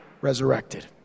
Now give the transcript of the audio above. resurrected